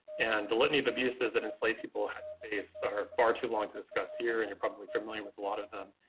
and the litany of abuses that enslaved people had to face are far too long to discuss here and you're probably familiar with a lot of them.